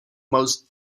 most